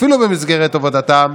אפילו במסגרת עבודתם,